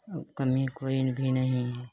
और कमी कोई भी नहीं है